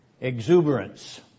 exuberance